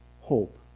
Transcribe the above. hope